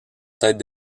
tête